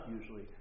usually